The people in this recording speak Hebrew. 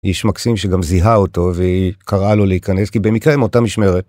איש מקסים שגם זיהה אותו והיא קראה לו להיכנס כי במקרה הם אותה משמרת.